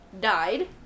died